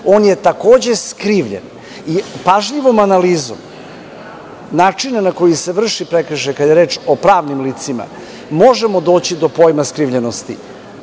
on je takođe skrivljen. Pažljivom analizom načina na koji se vrši prekršaj, kada je reč o pravnim licima, možemo doći do pojma skrivljenosti.